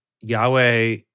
Yahweh